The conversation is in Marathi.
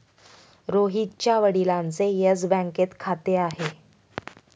रोहितच्या वडिलांचे येस बँकेत खाते आहे